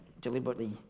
deliberately